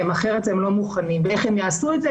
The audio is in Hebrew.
איך הם יעשו את זה?